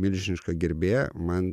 milžinišką gerbėją man